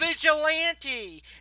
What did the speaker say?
vigilante